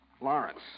Lawrence